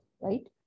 Right